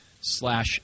slash